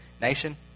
nation